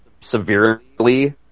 severely